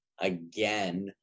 Again